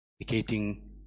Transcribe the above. indicating